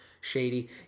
Shady